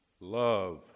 Love